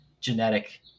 genetic